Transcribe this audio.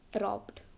robbed